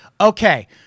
Okay